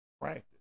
practice